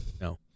No